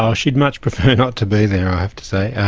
ah she'd much prefer not to be there, i have to say.